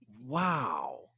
wow